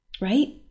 Right